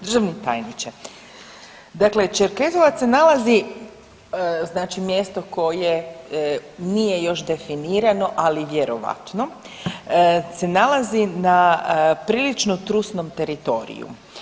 Državni tajniče, dakle Čerkezovac se nalazi, znači mjesto koje nije još definirano ali vjerojatno, se nalazi na prilično trusnom teritoriju.